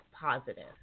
positive